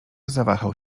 zawahał